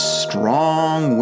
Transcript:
strong